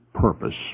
purpose